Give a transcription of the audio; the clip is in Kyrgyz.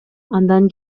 андан